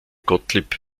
gottlieb